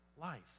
life